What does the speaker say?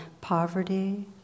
poverty